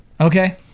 Okay